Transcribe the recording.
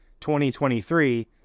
2023